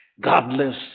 godless